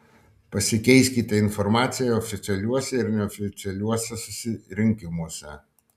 pasikeiskite informacija oficialiuose ir neoficialiuose susirinkimuose